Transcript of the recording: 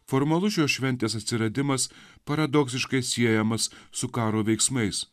formalus šios šventės atsiradimas paradoksiškai siejamas su karo veiksmais